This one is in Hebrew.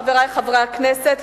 חברי חברי הכנסת,